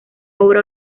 obra